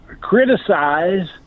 criticize